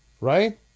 Right